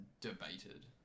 debated